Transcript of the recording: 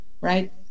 right